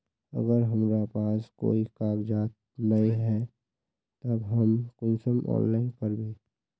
अगर हमरा पास कोई कागजात नय है तब हम कुंसम ऑनलाइन करबे?